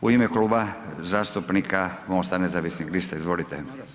u ime Kluba zastupnika MOST-a nezavisnih lista, izvolite.